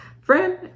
Friend